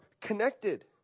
connected